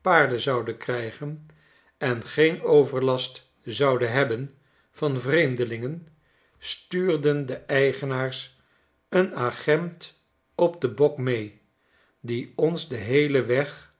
paarden zouden krijgen en geen overlast zouden hebben van vreemdelingen stuurden de eigenaars een agent op den bok mee die ons den heelen weg